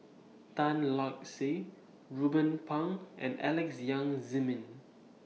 Tan Lark Sye Ruben Pang and Alex Yam Ziming